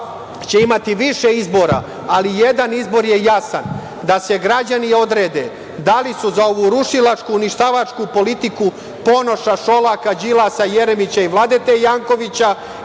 će imati više izbora, ali jedan izbor je jasan da se građani odrede da li su za ovu rušilačku, uništavačku politiku Ponoša, Šolaka, Đilasa, Jeremića i Vladete Jankovića